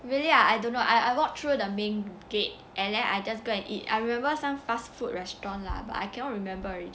really ah I don't know I I walk through the main gate and then I just go and eat I remember some fast food restaurant lah but I cannot remember already